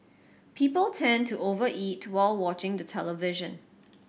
people tend to over eat while watching the television